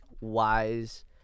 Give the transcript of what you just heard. wise